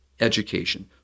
education